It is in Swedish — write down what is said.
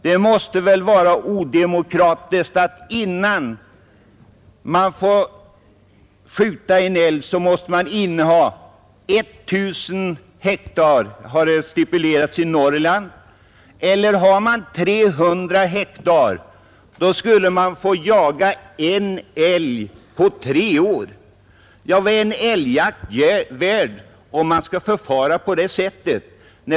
Det måste väl vara odemokratiskt att man för att få skjuta en älg om året är tvungen att inneha 1 000 hektar mark — det är vad som stipulerats i Norrland. Den som har 300 hektar får skjuta en älg på tre år. Vad är en älgjakt värd, om det skall förfaras på det sättet?